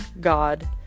God